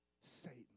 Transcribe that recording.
Satan